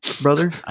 brother